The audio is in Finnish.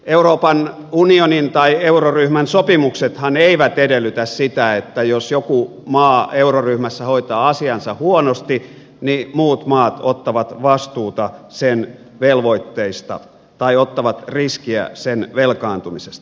euroopan unionin tai euroryhmän sopimuksethan eivät edellytä sitä että jos joku maa euroryhmässä hoitaa asiansa huonosti niin muut maat ottavat vastuuta sen velvoitteista tai ottavat riskiä sen velkaantumisesta